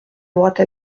droite